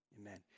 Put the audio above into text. Amen